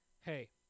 Hey